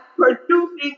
Producing